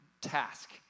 task